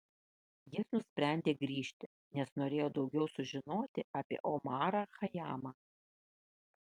jis nusprendė grįžti nes norėjo daugiau sužinoti apie omarą chajamą